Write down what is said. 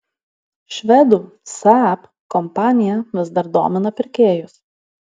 švedų saab kompanija vis dar domina pirkėjus